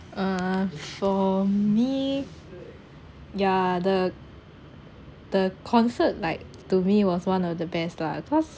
uh for me yeah the the concert like to me was one of the best lah cause